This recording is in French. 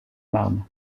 marne